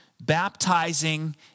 baptizing